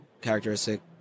characteristic